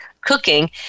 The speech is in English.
cooking